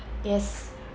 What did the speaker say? yes